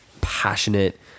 passionate